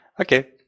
Okay